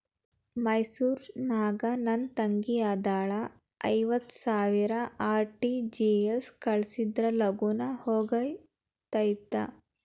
ಮೈಸೂರ್ ನಾಗ ನನ್ ತಂಗಿ ಅದಾಳ ಐವತ್ ಸಾವಿರ ಆರ್.ಟಿ.ಜಿ.ಎಸ್ ಕಳ್ಸಿದ್ರಾ ಲಗೂನ ಹೋಗತೈತ?